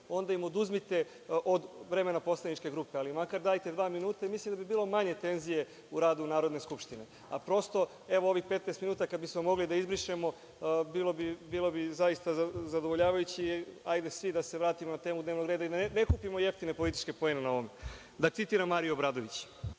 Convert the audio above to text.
onda im oduzmite od vremena poslaničke grupe, ali im makar dajte dva minuta. Mislim da bi bilo manje tenzije u radu Narodne skupštine. Evo, ovih 15 minuta kada bismo mogli da izbrišemo, bilo bi zaista zadovoljavajuće. Hajde svi da se vratimo na temu dnevnog reda i da ne kupimo jeftine političke poene na ovome, da citiram Mariju Obradović.